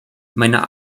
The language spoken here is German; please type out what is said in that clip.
meiner